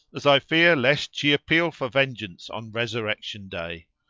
as i fear lest she appeal for vengeance on resurrection day.